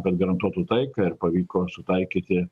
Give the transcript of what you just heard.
kad garantuotų taiką ir pavyko sutaikyti